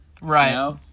Right